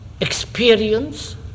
experience